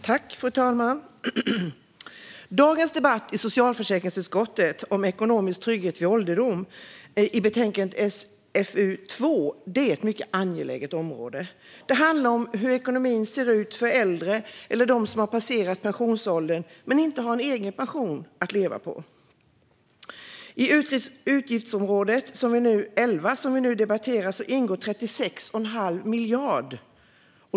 Fru talman! Dagens debatt om socialförsäkringsutskottets betänkande SfU2 Ekonomisk trygghet vid ålderdom gäller ett mycket angeläget område. Det handlar om hur ekonomin ser ut för äldre eller för den som har passerat pensionsåldern men inte har en egen pension att leva på. I utgiftsområde 11, som vi nu debatterar, ingår 36 1⁄2 miljard.